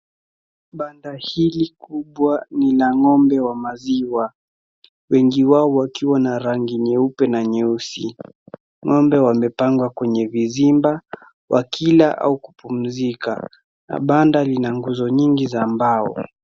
Banda hili kubwa ni la ng'ombe wa maziwa wengi wao wakiwa na rangi nyeupe na nyeusi. Ngombe wamepangwa kwenye vizimba wakila au kupumzika na banda lina nguzo nyingi za mbao.